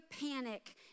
panic